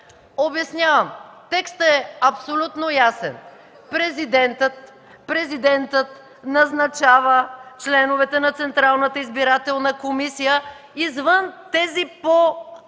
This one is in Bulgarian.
МАНОЛОВА: Текстът е абсолютно ясен: „Президентът назначава членовете на Централната избирателна комисия извън тези по ал.